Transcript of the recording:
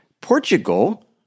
Portugal